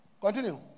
Continue